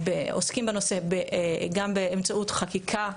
עוסקים בנושא גם באמצעות חקיקה,